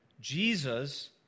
Jesus